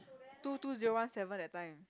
two~ two zero one seven that time